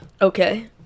Okay